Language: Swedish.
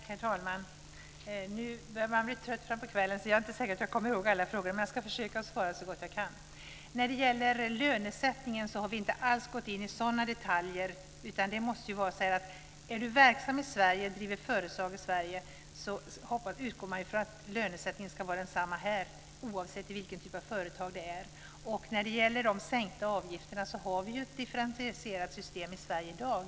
Herr talman! Man börjar bli trött fram på kvällen, så jag är inte säker på att jag kommer ihåg alla frågor, men jag ska försöka svara så gott jag kan. När det gäller lönesättningen har vi inte alls gått in på sådana detaljer. Är man verksam i Sverige och driver företag i Sverige utgår man ifrån att lönesättningen ska vara densamma oavsett vilken typ av företag det är. När det gäller de sänkta avgifterna kan jag säga att vi har ett differentierat system i Sverige i dag.